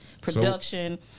production